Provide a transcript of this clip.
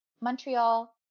Montreal